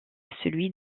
celui